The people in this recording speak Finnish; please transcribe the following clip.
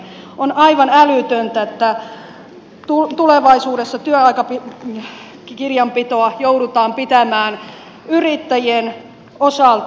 on aivan älytöntä että tulevaisuudessa työaikakirjanpitoa joudutaan pitämään yrittäjien osalta